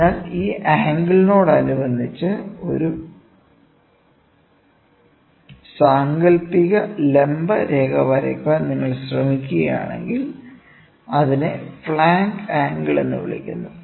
അതിനാൽ ഈ ആംഗിളിനോടനുബന്ധിച്ച് ഒരു സാങ്കൽപ്പിക ലംബ രേഖ വരയ്ക്കാൻ നിങ്ങൾ ശ്രമിക്കുകയാണെങ്കിൽ അതിനെ ഫ്ലാങ്ക് ആംഗിൾ എന്ന് വിളിക്കുന്നു